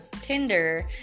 Tinder